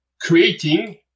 creating